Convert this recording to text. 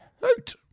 hoot